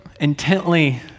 intently